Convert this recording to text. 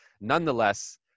Nonetheless